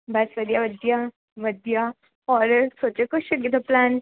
ਬਸ ਵਧੀਆ ਵਧੀਆ ਵਧੀਆ ਔਰ ਸੋਚਿਆ ਕੁਛ ਅੱਗੇ ਦਾ ਪਲੈਨ